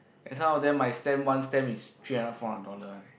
and some of them my stamp one stamp is three hundred four hundred dollar